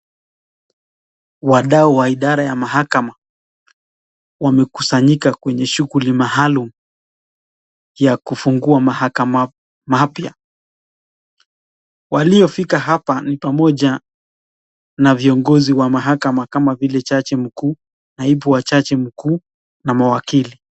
Wadau wa idara ya mahakama wamekusanyika kwenye shughuli maalum ya kufungua mahakama mapya, waliofika hapa ni pamoja na viongozi wa mahakama kama vile jaji mkuu naibu wa jaji mkuu na mawakili.